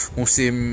musim